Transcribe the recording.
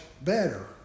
better